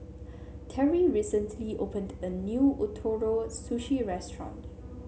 Terry recently opened a new Ootoro Sushi Restaurant